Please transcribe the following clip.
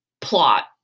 plot